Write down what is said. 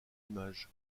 image